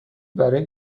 برای